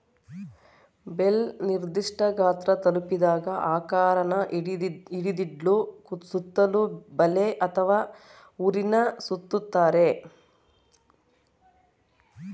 bale ನಿರ್ದಿಷ್ಠ ಗಾತ್ರ ತಲುಪಿದಾಗ ಆಕಾರನ ಹಿಡಿದಿಡ್ಲು ಸುತ್ತಲೂ ಬಲೆ ಅಥವಾ ಹುರಿನ ಸುತ್ತುತ್ತಾರೆ